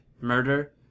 Murder